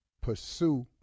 pursue